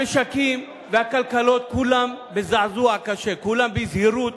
המשקים והכלכלות כולם בזעזוע קשה, כולם בזהירות